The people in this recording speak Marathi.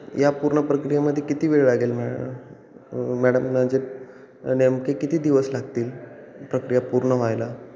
या पूर्ण प्रक्रियेमध्ये किती वेळ लागेल मॅ मॅडम म्हणजे नेमके किती दिवस लागतील प्रक्रिया पूर्ण व्हायला